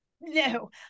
no